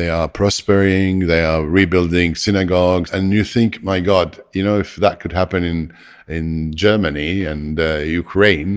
they are prospering, they are rebuilding synagogues. and you think my god, you know, if that could happen in in germany and ukraine,